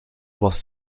was